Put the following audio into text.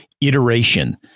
iteration